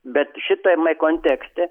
bet šitame kontekste